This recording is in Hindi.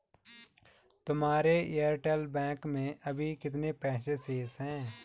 तुम्हारे एयरटेल बैंक में अभी कितने पैसे शेष हैं?